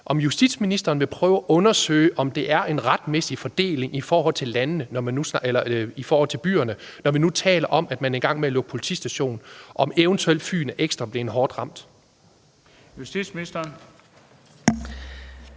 om justitsministeren vil prøve at undersøge, om det er en retmæssig fordeling i forhold til byerne, når vi nu taler om, at man er i gang med at lukke politistationer, og om Fyn eventuelt er blevet ekstra hårdt ramt? Kl. 13:03 Den